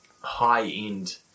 high-end